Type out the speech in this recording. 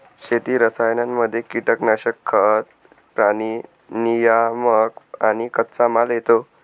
शेती रसायनांमध्ये कीटनाशक, खतं, प्राणी नियामक आणि कच्चामाल येतो